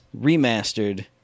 remastered